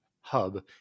hub